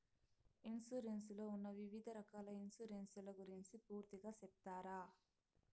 Insurance లో ఉన్న వివిధ రకాల ఇన్సూరెన్సు ల గురించి పూర్తిగా సెప్తారా?